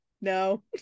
no